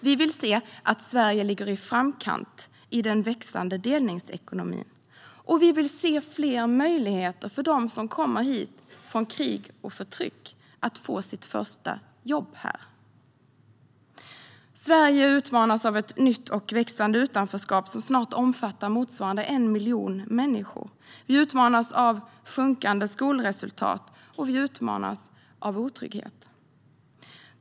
Vi vill se att Sverige ligger i framkant i den växande delningsekonomin, och vi vill se fler möjligheter för dem som kommer hit från krig och förtryck att få sitt första jobb. Sverige utmanas av ett nytt och växande utanförskap som snart omfattar 1 miljon människor. Vi utmanas av sjunkande skolresultat. Och vi utmanas av otrygghet.